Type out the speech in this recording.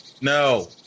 No